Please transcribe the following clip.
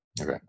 Okay